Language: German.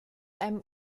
einem